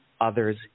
others